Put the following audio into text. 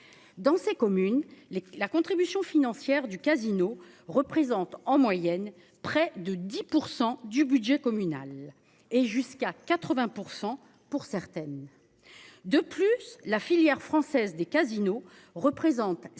Dans ces communes les la contribution financière du casino représente en moyenne près de 10% du budget communal et jusqu'à 80% pour certaines. De plus, la filière française des casinos représente